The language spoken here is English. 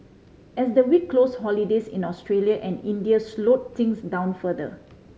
as the week closed holidays in Australia and India slowed things down further